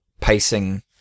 pacing